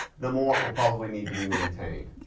the more it will probably need to be maintained.